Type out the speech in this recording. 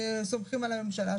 לא כתוב, אני לא יודע מה ברור.